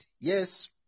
yes